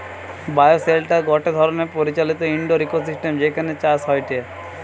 bioshelter গটে ধরণের পরিচালিত ইন্ডোর ইকোসিস্টেম যেখানে চাষ হয়টে